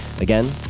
again